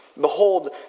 Behold